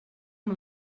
amb